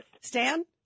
Stan